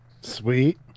Sweet